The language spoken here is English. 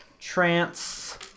Trance